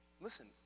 Listen